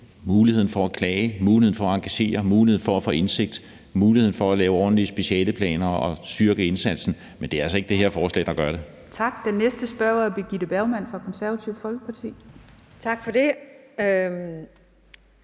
muligheden for at klage, muligheden for at engagere, muligheden for at få indsigt og muligheden for at lave ordentlige specialeplaner og styrke indsatsen, men det er altså ikke det her forslag, der gør det. Kl. 09:40 Den fg. formand (Theresa Berg Andersen): Tak. Den